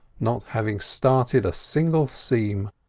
not having started a single seam.